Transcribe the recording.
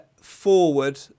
forward